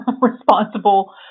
responsible